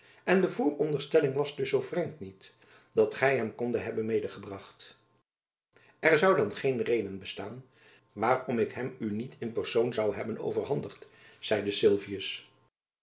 en de vooronderstelling was dus zoo vreemd niet dat gy hem kondet hebben meêgebracht er zoû dan geen reden bestaan waarom ik hem u niet in persoon zoû hebben overhandigd